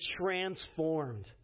transformed